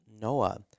Noah